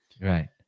right